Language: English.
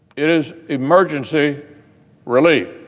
it is emergency relief.